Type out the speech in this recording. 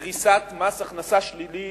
לפריסת מס הכנסה שלילי